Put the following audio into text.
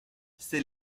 ces